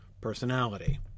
personality